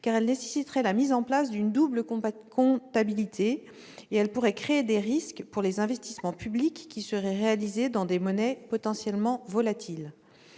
car elle nécessiterait la mise en place d'une double comptabilité et pourrait comporter des risques pour les investissements publics qui seraient réalisés dans des monnaies potentiellement volatiles.